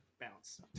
bounce